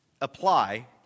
apply